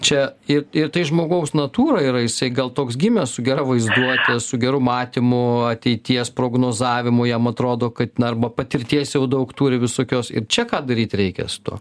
čia ir ir tai žmogaus natūra yra jisai gal toks gimė su gera vaizduote su geru matymu ateities prognozavimu jam atrodo kad arba patirties jau daug turi visokios ir čia ką daryt reikia su tuo